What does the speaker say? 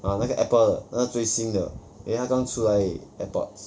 ah 那个 Apple 的那最新的因为他刚出来而已 airpods